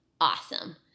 awesome